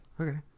okay